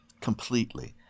completely